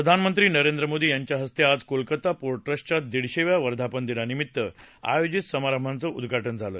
प्रधानमंत्री नरेंद्र मोदी यांच्या हस्ते आज कोलकाता पो ट्रस्डिया दिडशेव्या वर्धापन दिनानमित्त आयोजित समारंभाचं उद्दा न झालं